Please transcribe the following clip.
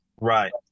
Right